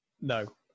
No